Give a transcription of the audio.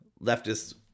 leftist